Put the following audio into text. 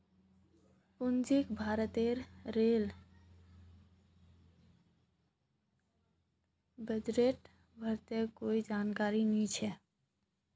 पूजाक भारतेर रेल बजटेर बारेत कोई जानकारी नी छ